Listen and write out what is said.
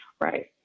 right